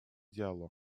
диалог